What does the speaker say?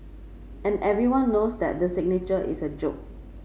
and everyone knows the signature is a joke